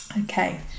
Okay